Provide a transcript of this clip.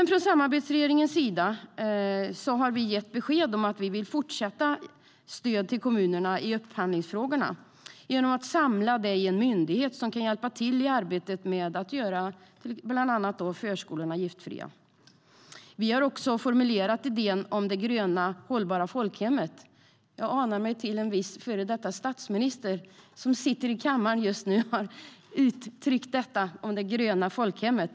Från samarbetsregeringens sida har vi gett besked om att vi vill fortsätta med stöd till kommunerna i upphandlingsfrågorna genom att samla det i en myndighet som kan hjälpa till i arbetet med att göra bland annat förskolorna giftfria. Vi har också formulerat idén om det gröna, hållbara folkhemmet. Jag anar mig till att en viss före detta statsminister sitter i kammaren just nu, som har uttryckt detta om det gröna folkhemmet.